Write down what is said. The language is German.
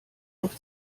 auf